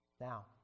Now